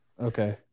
Okay